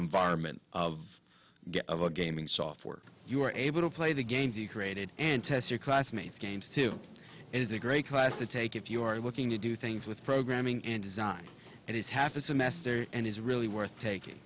environment of of a gaming software you were able to play the games you created and test your classmates games to is a great class to take if you are looking to do things with programming in design that is half a semester and is really worth taking